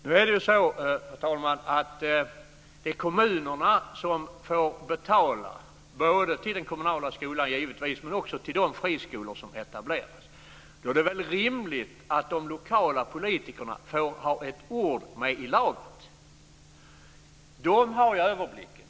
Herr talman! Det är kommunerna som får betala både till den kommunala skolan - givetvis - men också till de friskolor som etableras. Då är det väl rimligt att de lokala politikerna får ha ett ord med i laget? De har ju överblick.